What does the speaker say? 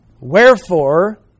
Wherefore